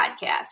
podcast